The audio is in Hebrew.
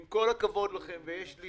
עם כל הכבוד לכם, ויש לי